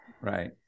right